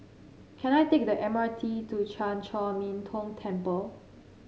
can I take the M R T to Chan Chor Min Tong Temple